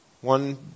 one